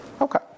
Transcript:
Okay